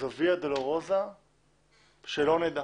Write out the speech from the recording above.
זאת ויה דולרוזה שלא נדע.